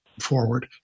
forward